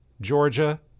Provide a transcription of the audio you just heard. Georgia